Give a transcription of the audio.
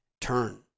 turn